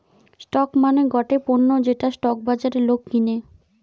stock মানে গটে পণ্য যেটা স্টক বাজারে লোক কিনে